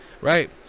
Right